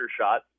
shot